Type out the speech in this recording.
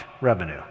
revenue